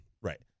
Right